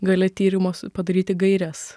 gale tyrimo padaryti gaires